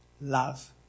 love